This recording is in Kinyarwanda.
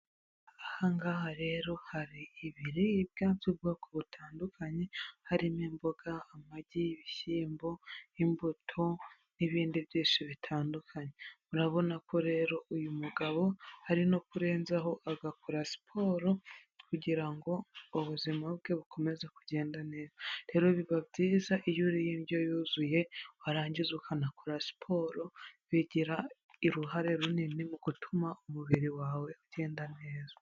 Ahangaha rero hari ibiribwa by'ubwoko butandukanye harimo imboga, amagi, ibishyimbo, imbuto n'ibindi byinshi bitandukanye urabona ko rero uyu mugabo ari no kurenzaho agakora siporo kugirango ubuzima bwe bukomeze kugenda neza, rero biba byiza iyo uriye indyo yuzuye warangiza ukanakora siporo bigira uruhare runini mu gutuma umubiri wawe ugenda neza.